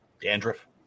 dandruff